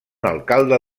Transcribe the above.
alcalde